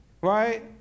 right